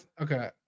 okay